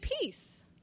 peace